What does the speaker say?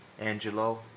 Angelo